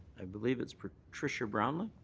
i believe it's patricia brownly.